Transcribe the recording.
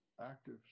active